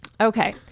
Okay